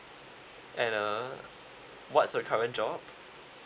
and uh what's your current job